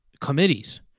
committees